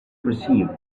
perceived